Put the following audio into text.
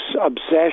obsession